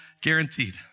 guaranteed